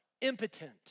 impotent